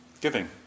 Giving